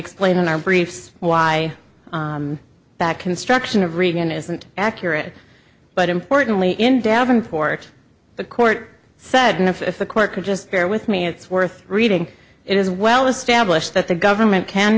explain in our briefs why back construction of reagan isn't accurate but importantly in davenport the court said no if the court could just bear with me it's worth reading it is well established that the government can